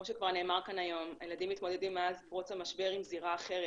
כמו שכבר נאמר כאן היום הילדים מתמודדים מאז פרוץ המשבר עם זירה אחרת,